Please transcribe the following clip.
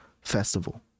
festival